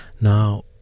Now